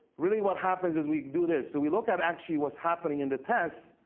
really what happens is we can do this. so we look at actually what's happening in the test,